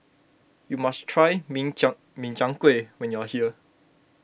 you must try Min Chiang Chiang Kueh when you are here